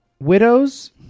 Widows